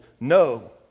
no